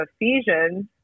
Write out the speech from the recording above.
Ephesians